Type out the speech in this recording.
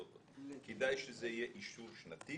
כדאי שזה יהיה אישור שנתי